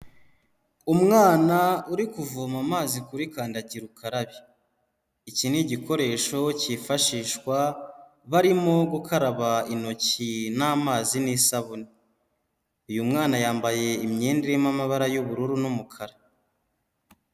Umwana uri kuvoma amazi kuri kandakira ukarabe. Iki ni igikoresho cyifashishwa, barimo gukaraba intoki n'amazi n'isabune. Uyu mwana yambaye imyenda irimo amabara y'ubururu n'umukara.